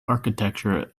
architecture